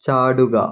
ചാടുക